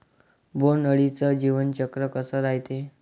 बोंड अळीचं जीवनचक्र कस रायते?